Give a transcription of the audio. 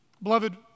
Beloved